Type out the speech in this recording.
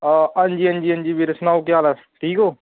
हां अंजी अंजी अंजी बीर सनाओ केह् हाल ऐ ठीक ओ